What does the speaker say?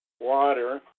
Water